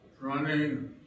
running